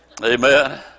Amen